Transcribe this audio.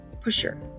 pusher